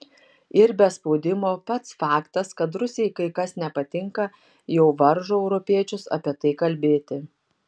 ir be spaudimo pats faktas kad rusijai kai kas nepatinka jau varžo europiečius apie tai kalbėti